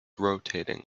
rotating